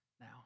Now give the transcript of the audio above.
now